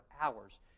hours